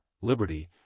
liberty